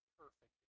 perfect